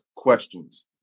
questions